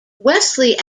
wesley